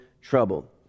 trouble